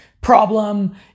problem